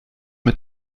mit